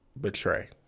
betray